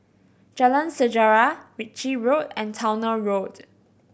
Jalan Sejarah Ritchie Road and Towner Road